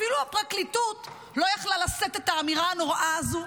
אפילו הפרקליטות לא יכלה לשאת את האמירה הנוראה הזו,